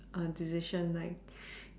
a decision like